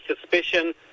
suspicion